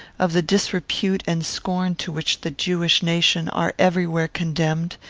of the disrepute and scorn to which the jewish nation are everywhere condemned,